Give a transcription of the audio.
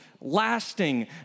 lasting